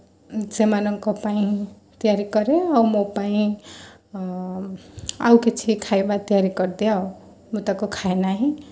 ସେମାନଙ୍କ ପାଇଁ ତିଆରି କରେ ଓ ମୋ ପାଇଁ ଆଉ କିଛି ଖାଇବା ତିଆରି କରି ଦିଏ ଆଉ ମୁଁ ତାକୁ ଖାଏ ନାହିଁ